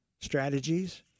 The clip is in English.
strategies